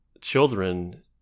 children